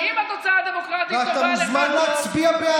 ואתה מוזמן להצביע בעד.